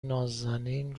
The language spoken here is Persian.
نازنین